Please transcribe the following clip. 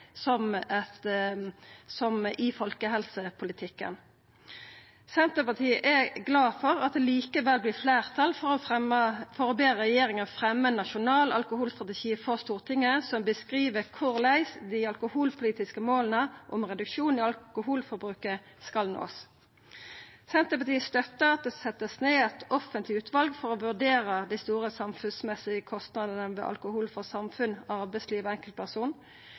i folkehelsepolitikken. Senterpartiet er glad for at det likevel vert fleirtal for å be regjeringa fremja ein nasjonal alkoholstrategi for Stortinget, som beskriv korleis dei alkoholpolitiske måla om reduksjon i alkoholforbruket skal nåast. Senterpartiet støttar at det vert sett ned eit offentleg utval for å vurdera dei store samfunnsmessige kostnadene ved alkohol for samfunn, arbeidsliv og